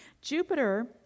Jupiter